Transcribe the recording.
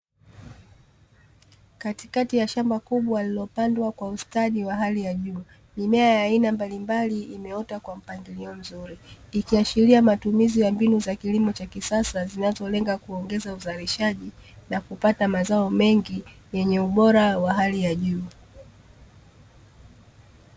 Katikati ya shamba kubwa lililopandwa kwa ustadi wa hali ya juu, mimea ya aina mbalimbali imeota kwa mpangilio mzuri. Ikiashiria matumizi ya mbinu za kilimo cha kisasa zinazolenga kuongeza uzalishaji na kupata mazao bora yenye ubora wa juu.